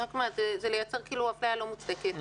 זה לייצר כאילו אפליה לא מוצדקת,